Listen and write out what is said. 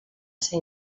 ser